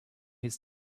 his